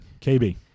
KB